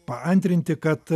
paantrinti kad